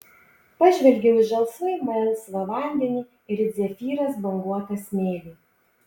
pažvelgiau į žalsvai melsvą vandenį ir it zefyras banguotą smėlį